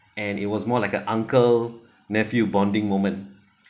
and it was more like a uncle nephew bonding moment